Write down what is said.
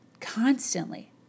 constantly